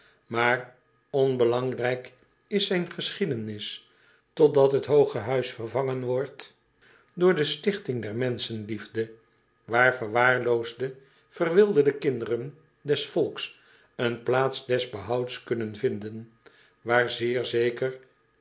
maar onbelangrijk is zijn geschiedenis totdat het hooge huis vervangen wordt door de stichting der menschenliefde waar verwaarloosde verwilderde kinderen des volks een plaats des behouds kunnen vinden waar zeer zeker